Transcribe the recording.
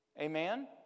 Amen